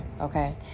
okay